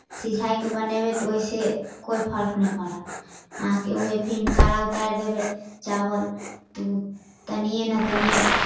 सिझाइ कऽ बनेबै तऽ ओहिसँ कोइ फर्क नहि पड़त अहाँके फिन कड़ा उतारि देबै चावल तऽ ओ तनिए ने तनिए